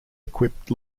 equipped